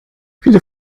viele